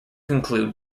conclude